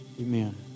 Amen